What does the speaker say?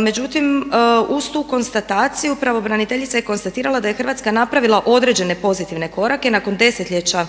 međutim uz tu konstataciju pravobraniteljica je konstatirala da je Hrvatska napravila određene pozitivne korake i nakon desetljeća